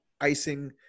icing